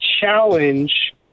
challenge